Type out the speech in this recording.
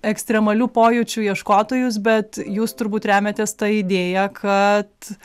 ekstremalių pojūčių ieškotojus bet jūs turbūt remiatės ta idėja kad